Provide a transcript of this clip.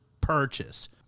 purchase